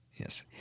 Yes